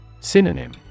Synonym